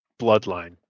bloodline